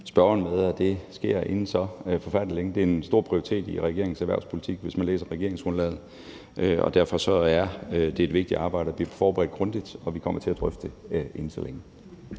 spørgeren med, at det sker inden så forfærdelig længe. Det er en stor prioritet i regeringens erhvervspolitik, kan man læse i regeringsgrundlaget, og derfor er det et vigtigt arbejde. Det er forberedt grundigt, og vi kommer til at drøfte det inden så længe.